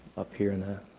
up here in the